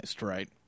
right